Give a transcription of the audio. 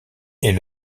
est